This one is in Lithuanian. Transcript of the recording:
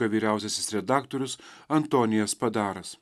vyriausiasis redaktorius antonijas padaras